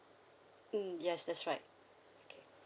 mm yes that's right okay